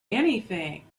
anything